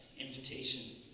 invitation